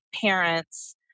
parents